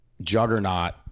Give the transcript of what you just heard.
juggernaut